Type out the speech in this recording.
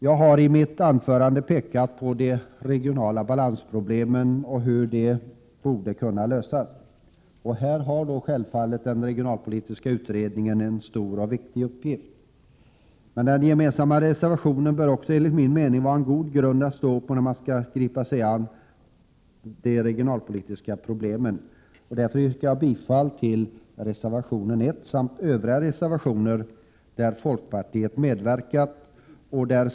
Jag har i mitt anförande pekat på den regionala obalansen och på hur problemen borde kunna lösas. Här har självfallet den regionalpolitiska utredningen en mycket stor betydelse. Men den gemensamma reservationen bör också, enligt min mening, utgöra en god grund när man skall gripa sig an de regionalpolitiska problemen. Mot den bakgrunden yrkar jag bifall till reservation 1 samt till övriga reservationer som folkpartiet har medverkat till.